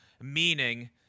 meaning